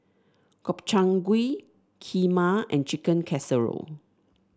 Gobchang Gui Kheema and Chicken Casserole